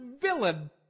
villain